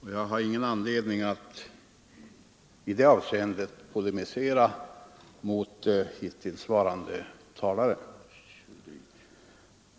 Jag har ingen anledning att i det avseendet polemisera mot hittillsvarande talare.